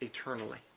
eternally